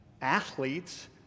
athletes